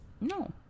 No